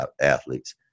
athletes